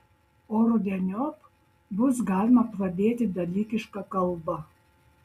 o rudeniop bus galima pradėti dalykišką kalbą